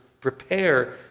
prepare